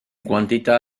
quantità